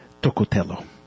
Tocotelo